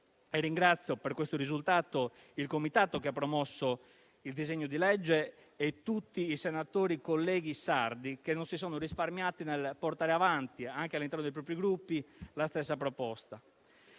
E ringrazio per questo risultato il comitato che ha promosso il disegno di legge e tutti i colleghi senatori sardi che non si sono risparmiati nel portare avanti, anche all'interno dei propri Gruppi, la stessa proposta.